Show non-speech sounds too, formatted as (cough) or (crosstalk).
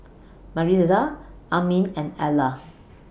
Maritza Armin and Ellar (noise)